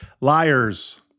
Liars